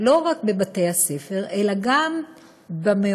לא רק בבתי-הספר אלא גם במעונות.